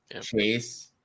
Chase